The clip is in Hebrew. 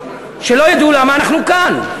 שלא ידעו למה אנחנו כאן.